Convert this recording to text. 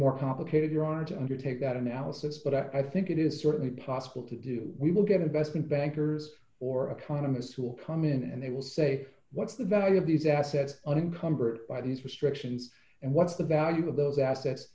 more complicated your honor to undertake that analysis but i think it is certainly possible to do we will give the best bankers or economists who will come in and they will say what's the value of these assets uncomfort by these restrictions and what's the value of those assets